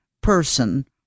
person